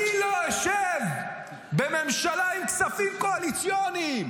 אני לא אשב בממשלה עם כספים קואליציוניים.